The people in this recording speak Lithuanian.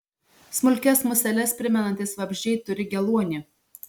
smulkias museles primenantys vabzdžiai turi geluonį